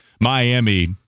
Miami